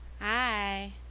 Hi